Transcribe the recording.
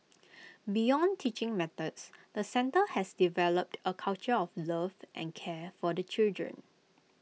beyond teaching methods the centre has developed A culture of love and care for the children